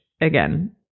again